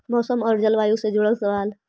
मौसम और जलवायु से जुड़ल सवाल?